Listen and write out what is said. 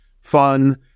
fun